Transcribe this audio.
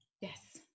Yes